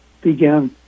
began